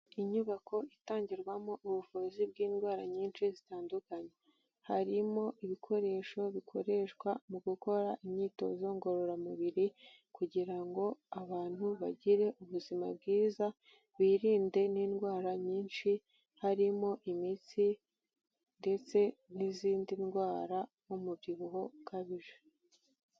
Inyubako itangirwamo ubuvuzi bw'indwara nyinshi zitandukanye, harimo ibikoresho bikoreshwa mu gukora imyitozo ngororamubiri kugira ngo abantu bagire ubuzima bwiza, birinde n'indwara nyinshi, harimo imitsi ndetse n'izindi ndwara nk'umubyibuho ukabije.